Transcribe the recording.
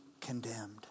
condemned